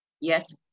Yes